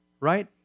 right